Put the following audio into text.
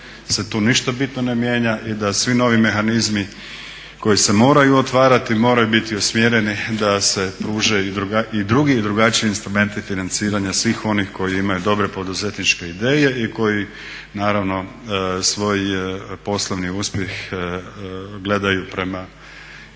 da se tu ništa bitno ne mijenja. I da svi novi mehanizmi koji se moraju otvarati moraju biti usmjereni da se pruže i drugi i drugačiji instrumenti financiranja svih onih koji imaju dobre poduzetničke ideje i koji naravno svoj poslovni uspjeh gledaju prema